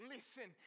Listen